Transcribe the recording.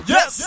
Yes